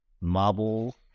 marble